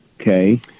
Okay